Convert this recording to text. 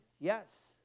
yes